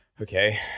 Okay